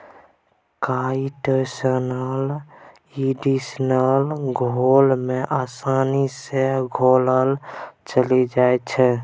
chitosan acidic घोर मे आसानी सँ घोराएल चलि जाइ छै